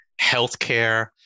healthcare